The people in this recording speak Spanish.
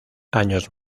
años